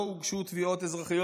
ואני מצטט: "לא הוגשו תביעות אזרחיות